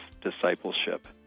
discipleship